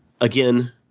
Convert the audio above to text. Again